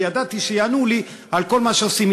כי ידעתי שיענו לי על כל מה שעושים.